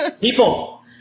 People